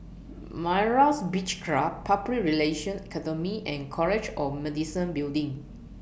Myra's Beach Club Public Relations Academy and College of Medicine Building